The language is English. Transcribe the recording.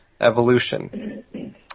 evolution